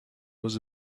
was